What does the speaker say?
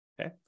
Okay